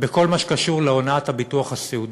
בכל מה שקשור להונאת הביטוח הסיעודי,